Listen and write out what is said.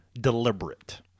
deliberate